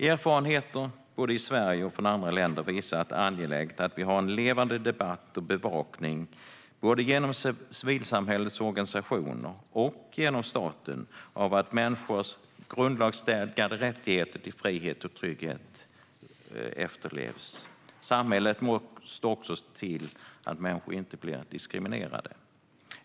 Erfarenheter från både Sverige och andra länder visar att det är angeläget att vi har en levande debatt och, genom både civilsamhällets organisationer och staten, en bevakning av att människors grundlagsstadgade rätt till frihet och trygghet efterlevs. Samhället måste också se till att människor inte blir diskriminerade.